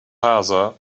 father